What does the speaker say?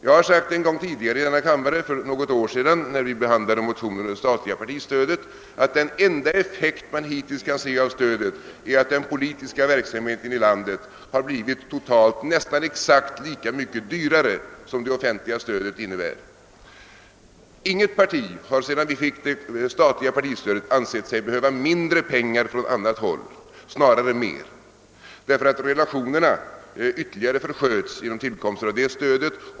Jag har sagt det en gång tidigare i denna kammare — för något år sedan, när vi behandlade motioner om det stat liga partistödet — att den enda effekt man hittills kunnat se av partistödet är att den politiska verksamheten i landet har blivit totalt nästan exakt så mycket dyrare som vad det offentliga stödet innebär. Inget parti har sedan vi fick det statliga partistödet ansett sig behöva mindre pengar från annat håll, utan snarare mer, eftersom relationerna ytterligare förskjutits genom tillkomsten av detta statliga stöd.